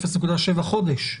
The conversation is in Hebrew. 0.7 חודש.